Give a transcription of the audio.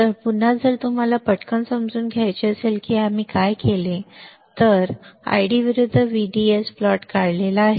तर पुन्हा जर तुम्हाला पटकन समजून घ्यायचे असेल की आम्ही काय केले आहे आम्ही येथे काय केले आहे की आम्ही आयडी विरुद्ध व्हीडीएस प्लॉट काढला आहे